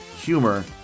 humor